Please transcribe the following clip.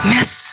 Miss